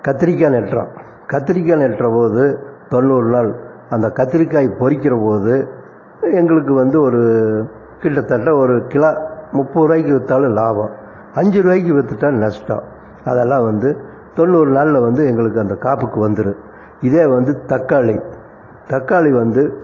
கத்திரிக்காய் நடுறோம் கத்திரிக்காய் நடுற போது தொண்ணூறு நாள் அந்த கத்திரிக்காய் பறிக்கிற போது எங்களுக்கு வந்து ஒரு கிட்டதட்ட ஒரு கிலா முப்பது ரூபாய்க்கு விற்றாலும் லாபம் அஞ்சு ரூபாய்க்கு வித்துவிட்டா நஷ்டம் அதெல்லாம் வந்து தொண்ணூறு நாளில் வந்து எங்களுக்கு அந்த காய்ப்புக்கு வந்துடும் இதே வந்து தக்காளி தக்காளி வந்து